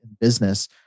business